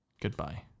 Goodbye